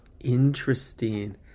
Interesting